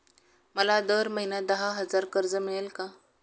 मला दर महिना दहा हजार कर्ज मिळेल का?